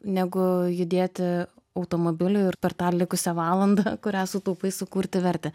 negu judėti automobiliu ir per tą likusią valandą kurią sutaupai sukurti vertę